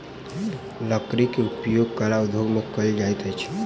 लकड़ी के उपयोग कला उद्योग में कयल जाइत अछि